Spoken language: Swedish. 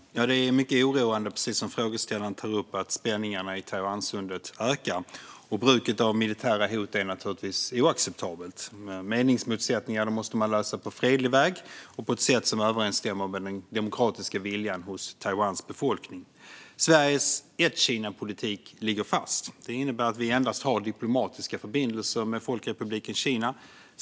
Herr talman! Det är mycket oroande, precis som frågeställaren tar upp, att spänningarna i Taiwansundet ökar. Bruket av militära hot är naturligtvis oacceptabelt. Meningsmotsättningar måste man lösa på fredlig väg och på ett sätt som överensstämmer med den demokratiska viljan hos Taiwans befolkning. Sveriges ett-Kina-politik ligger fast. Det innebär att vi har diplomatiska förbindelser endast med Folkrepubliken Kina.